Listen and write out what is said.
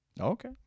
Okay